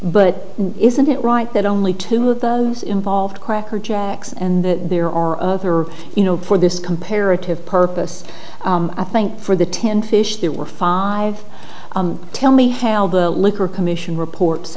but isn't it right that only two of those involved crackerjacks and that there are you know for this comparative purpose i think for the ten fish there were five tell me how the liquor commission reports